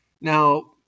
Now